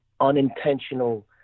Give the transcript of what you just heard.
unintentional